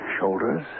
Shoulders